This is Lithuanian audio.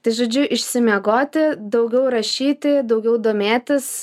tai žodžiu išsimiegoti daugiau rašyti daugiau domėtis